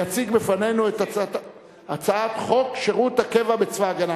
יציג בפנינו את הצעת חוק שירות הקבע בצבא-הגנה